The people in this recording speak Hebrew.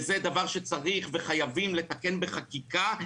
וזה דבר שצריך וחייבים לתקן בחקיקה.